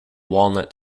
walnut